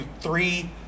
three